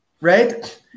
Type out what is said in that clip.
Right